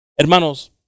Hermanos